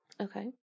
Okay